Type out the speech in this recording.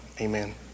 Amen